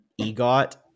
EGOT